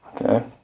Okay